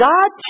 God